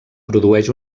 produeix